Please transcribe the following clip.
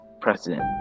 president